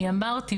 אני אמרתי,